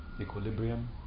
equilibrium